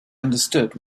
understood